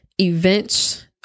Events